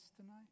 tonight